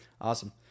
Awesome